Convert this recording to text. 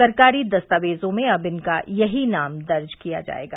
सरकारी दस्तावेजों में अब इनका यही नाम दर्ज किया जायेगा